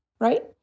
right